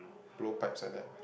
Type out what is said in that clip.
blue packs are that